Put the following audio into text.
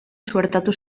suertatu